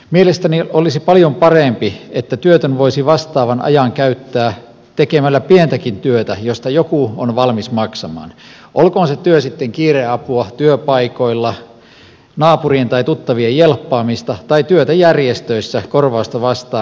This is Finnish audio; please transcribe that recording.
mielestäni olisi paljon parempi että työtön voisi vastaavan ajan käyttää tekemällä pientäkin työtä josta joku on valmis maksamaan olkoon se työ sitten kiireapua työpaikoilla naapurien tai tuttavien jelppaamista tai työtä järjestöissä korvausta vastaan